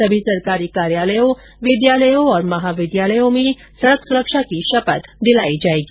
सभी सरकारी कार्यालयों विद्यालयों और महाविद्यालयों में सड़क सुरक्षा की शपथ दिलाई जाएगी